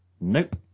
Nope